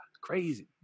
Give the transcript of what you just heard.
crazy